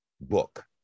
book